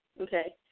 okay